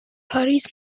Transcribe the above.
paris